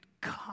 God